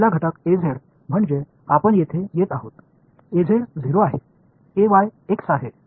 முதல் கூறு Az என்பது 0 ஆகும் Ay என்பது x இந்த டெர்ம் 0 ஆகும்